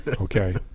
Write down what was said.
Okay